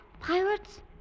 Pirates